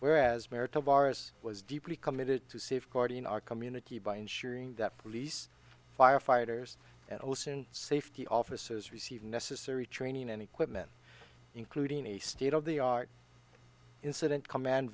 whereas merit of ours was deeply committed to safeguard in our community by ensuring that police firefighters and olsen safety officers receive necessary training and equipment including a state of the art incident command